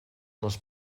les